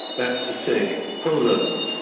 that is to say poland,